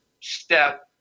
step